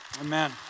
Amen